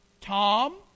Tom